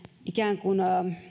ikään kuin